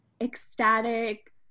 ecstatic